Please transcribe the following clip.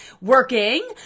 working